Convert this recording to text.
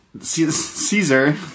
Caesar